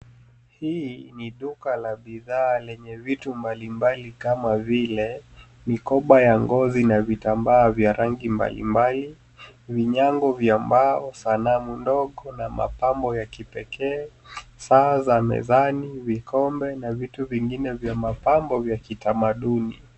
Hii ni duka la bidhaa lenye vitu mbalimbali kama vile mikoba ya ngozi na vitambaa vya rangi mbalimbali, vinyago vya mbao, sanamu ndogo na mapambo ya kipekee saa za mezani, vikombe na vitu vingine vya mapambo vya kitamaduni.